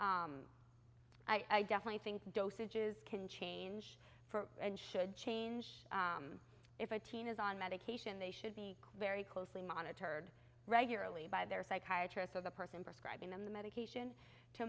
i definitely think dosages can change and should change if a teen is on medication they should be very closely monitored regularly by their psychiatry so the person prescribe them the medication to